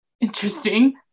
interesting